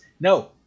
No